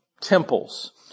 temples